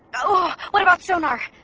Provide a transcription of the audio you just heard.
but what about sonar?